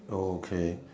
okay